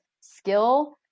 skill